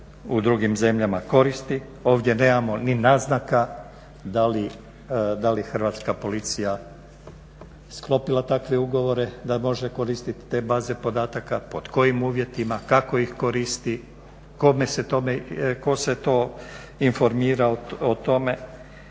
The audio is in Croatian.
Hrvatska policija sklopila takve ugovore? Da li može koristiti te baze podataka, pod kojim uvjetima, kako ih koristi, tko se to informira o tome?